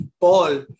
Paul